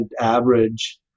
average